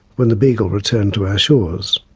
when the beagle returned to our shores.